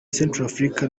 centrafrique